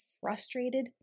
frustrated